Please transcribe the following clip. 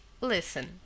Listen